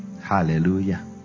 Hallelujah